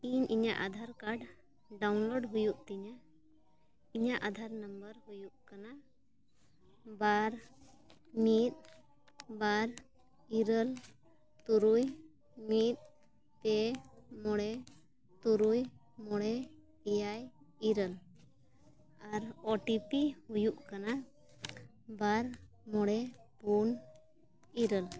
ᱤᱧ ᱤᱧᱟᱹᱜ Aadhaar card download ᱦᱩᱭᱩᱜ ᱛᱤᱧᱟᱹ ᱤᱧᱟᱹᱜ ᱟᱫᱷᱟᱨ ᱱᱟᱢᱵᱟᱨ ᱦᱩᱭᱩᱜ ᱠᱟᱱᱟ ᱵᱟᱨ ᱢᱤᱫ ᱵᱟᱨ ᱤᱨᱟᱹᱞ ᱛᱩᱨᱩᱭ ᱢᱤᱫ ᱯᱮ ᱢᱚᱬᱮ ᱛᱩᱨᱩᱭ ᱢᱚᱬᱮ ᱮᱭᱟᱭ ᱤᱨᱟᱹᱞ ᱟᱨ ᱳ ᱴᱤ ᱯᱤ ᱦᱩᱭᱩᱜ ᱠᱟᱱᱟ ᱵᱟᱨ ᱢᱚᱬᱮ ᱯᱩᱱ ᱤᱨᱟᱹᱞ